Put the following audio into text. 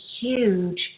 huge